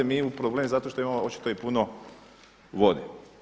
Mi u problem zato što imamo očito i puno vode.